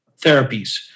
therapies